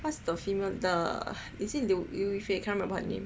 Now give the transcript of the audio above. what's the female the is it 刘亦菲 cannot remember her name